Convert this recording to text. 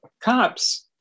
cops